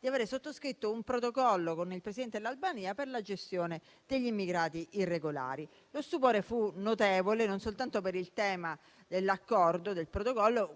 di aver sottoscritto un Protocollo con il Presidente dell'Albania per la gestione degli immigrati irregolari. Lo stupore fu notevole, non soltanto per il tema del Protocollo,